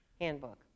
handbook